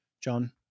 John